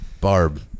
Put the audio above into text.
Barb